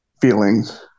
feelings